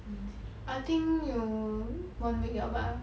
I think 有 one week liao bah